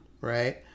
Right